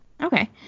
Okay